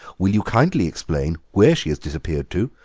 will you kindly explain where she has disappeared to,